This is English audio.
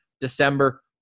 December